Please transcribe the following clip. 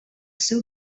seu